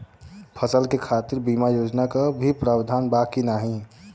फसल के खातीर बिमा योजना क भी प्रवाधान बा की नाही?